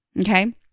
Okay